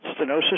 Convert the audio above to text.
stenosis